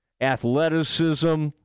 athleticism